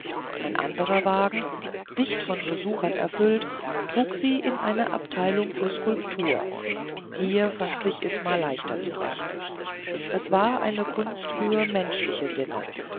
ein anderer wagen dicht von besuchern erfüllt trug sie in eine der abteilungen für skulptur hier fand sich isma leichter zurecht es war eine kunst für menschliche sinne